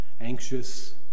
Anxious